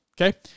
Okay